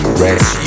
rest